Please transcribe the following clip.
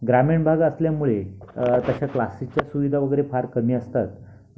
ग्रामीण भाग असल्यामुळे तशा क्लासेसच्या सुविधा वगैरे फार कमी असतात